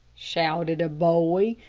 shouted a boy,